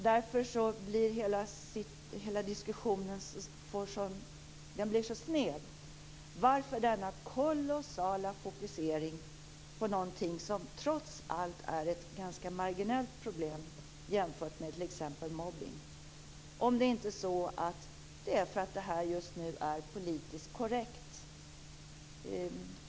Därför blir hela diskussionen så sned. Varför denna kolossala fokusering på någonting som trots allt är ett ganska marginellt problem jämfört med t.ex. mobbning? Kanske beror det på att det här just nu är politiskt korrekt.